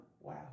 Wow